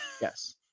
Yes